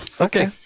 Okay